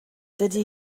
dydy